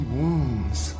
wounds